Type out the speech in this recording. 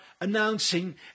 announcing